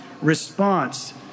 response